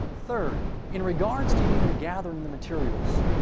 third, in regards to even gathering the materials,